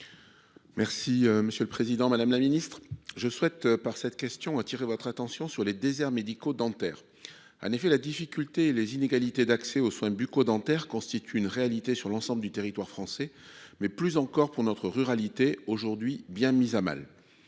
et de la prévention. Madame la ministre, par cette question, je souhaite appeler votre attention sur les déserts médicaux dentaires. En effet, la difficulté et les inégalités d'accès aux soins bucco-dentaires constituent une réalité sur l'ensemble du territoire français, mais plus encore pour notre ruralité, aujourd'hui bien mise à mal.